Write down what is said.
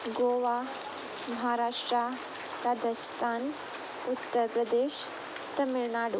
Goa Maharashtra Rajasthan Uttar Pradesh Tamil Nadu